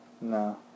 No